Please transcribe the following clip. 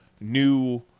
new